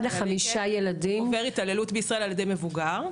אחד מחמישה ילדים -- אחד מחמישה ילדים עובר התעללות על-ידי מבוגר.